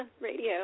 Radio